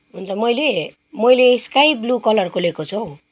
हुन्छ मैले मैले स्काइ ब्लु कलरको लिएको छु हौ